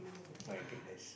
my goodness